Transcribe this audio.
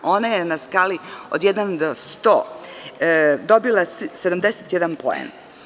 Ona je na skali od jedan do sto dobila 71 poen.